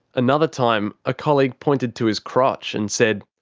another time, a colleague pointed to his crotch and said,